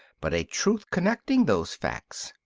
but a truth connecting those facts.